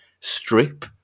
strip